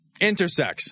Intersex